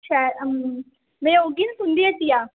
शैल हम् मेंओह् बी तुं'दियां हट्टियां